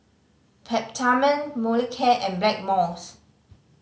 Peptamen Molicare and Blackmores